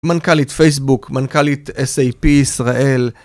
מנכ'לית פייסבוק, מנכ'לית SAP, ישראל